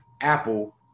Apple